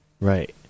right